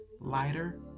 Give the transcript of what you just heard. lighter